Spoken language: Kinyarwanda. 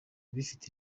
bifite